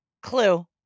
Clue